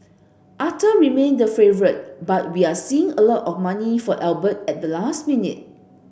Arthur remain the favourite but we're seeing a lot of money for Albert at the last minute